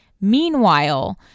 Meanwhile